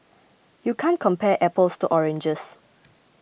you can't compare apples to oranges